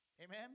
Amen